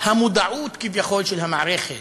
המודעות כביכול של המערכת,